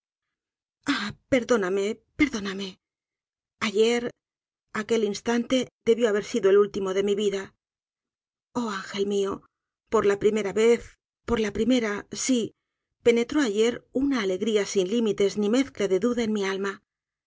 perdóname perdóname ayer aquel instante debió haber sido el último de mi vida oh ángel mió por la primera vez por la primera si penetró ayer una alegría sin limites ni mezcla de duda en mi alma